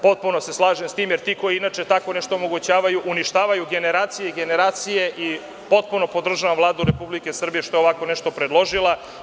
Potpuno se slažem sa tim jer ti koji inače tako nešto omogućavaju uništavaju generacije i generacije i potpuno podržavam Vladu RS što je ovako nešto predložila.